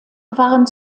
waren